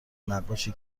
نقاشی